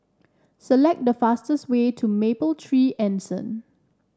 select the fastest way to Mapletree Anson